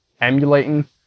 emulating